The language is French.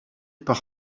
par